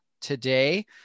today